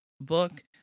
book